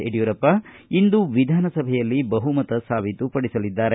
ಯಡಿಯೂರಪ್ಪ ಇಂದು ವಿಧಾನಸಭೆಯಲ್ಲಿ ಬಹುಮತ ಸಾಬೀತು ಪಡಿಸಲಿದ್ದಾರೆ